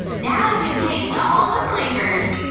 now i can taste all the flavors.